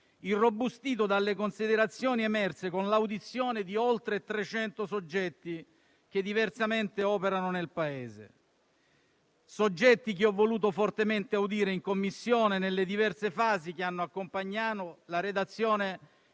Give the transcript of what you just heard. irrobustito dalle considerazioni emerse con l'audizione di oltre 300 soggetti che diversamente operano nel Paese. Ho voluto audire fortemente tali soggetti in Commissione nelle diverse fasi che hanno accompagnano la redazione